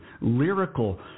lyrical